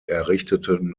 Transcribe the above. errichteten